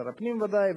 שר הפנים בוודאי,